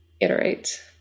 iterate